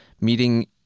meeting